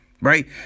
right